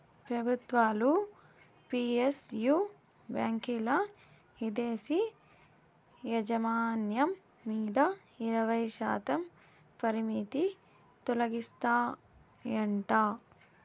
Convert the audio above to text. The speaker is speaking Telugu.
పెబుత్వాలు పి.ఎస్.యు బాంకీల్ల ఇదేశీ యాజమాన్యం మీద ఇరవైశాతం పరిమితి తొలగిస్తాయంట